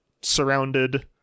surrounded